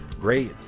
Great